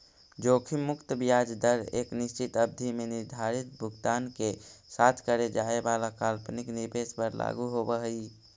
जोखिम मुक्त ब्याज दर एक निश्चित अवधि में निर्धारित भुगतान के साथ करे जाए वाला काल्पनिक निवेश पर लागू होवऽ हई